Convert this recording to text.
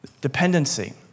Dependency